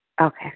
Okay